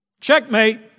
Checkmate